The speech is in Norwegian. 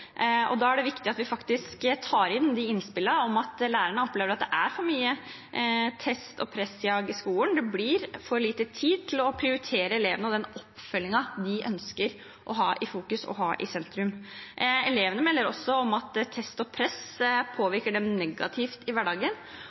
Da er det viktig at vi tar innspillene om at lærerne opplever at det er for mye test- og pressjag i skolen. Det blir for lite tid til å prioritere elevene og den oppfølgingen de ønsker å ha i sentrum. Elevene melder også om at tester og press påvirker dem negativt i hverdagen.